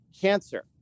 cancer